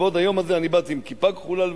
לכבוד היום הזה אני באתי עם כיפה כחולה-לבנה,